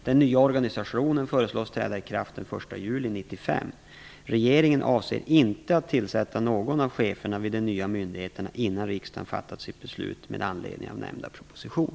Den nya organisationen föreslås träda i kraft den 1 juli 1995. Regeringen avser inte att tillsätta någon av cheferna vid de nya myndigheterna innan riksdagen fattat sitt beslut med anledning av nämnda proposition.